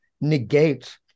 negate